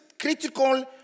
critical